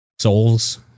souls